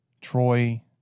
Troy